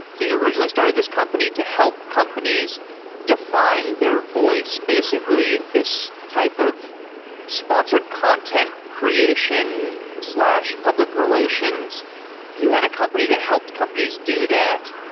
you originally started this company to help companies to find their voice. basically this type of sponsored content creation public relations you had a company that help companies do that,